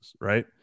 right